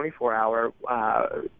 24-hour